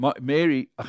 mary